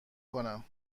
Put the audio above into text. کنم